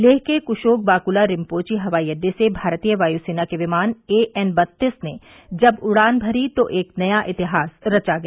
लेह के कुशोक बाकुला रिम्पोची हवाई अड्डे से भारतीय वायुसेना के विमान एएन बत्तीस ने जब उड़ान भरी तो एक नया इतिहास रचा गया